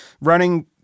running